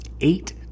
Eight